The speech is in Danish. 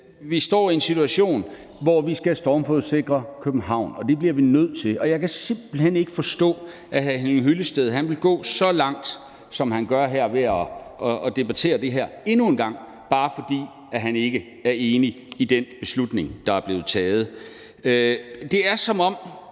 vi står i en situation, hvor vi skal stormflodssikre København. Det bliver vi nødt til. Og jeg kan simpelt hen ikke forstå, at hr. Henning Hyllested vil gå så langt, som han gør her ved at debattere det her endnu en gang, bare fordi han ikke er enig i den beslutning, der er blevet taget. Det er, når man